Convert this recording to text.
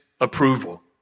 approval